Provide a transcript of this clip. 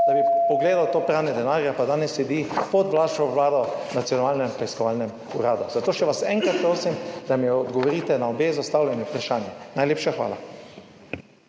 da bi pogledal to pranje denarja, pa danes sedi pod vašo vlado v Nacionalnem preiskovalnem uradu. Zato še vas enkrat prosim, da mi odgovorite na obe zastavljeni vprašanji. Najlepša hvala.